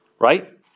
right